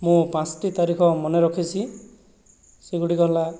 ମୁଁ ପାଞ୍ଚଟି ତାରିଖ ମନେ ରଖିଛି ସେଗୁଡ଼ିକ ହେଲା